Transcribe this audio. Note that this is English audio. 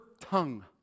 tongue